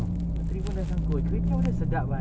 jauh sia